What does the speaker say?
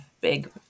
big